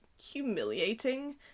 humiliating